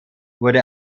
wurde